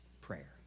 prayer